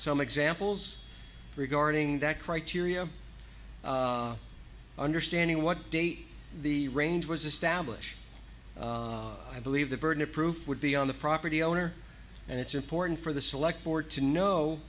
my examples regarding that criteria understanding what date the range was established i believe the burden of proof would be on the property owner and it's important for the select board to know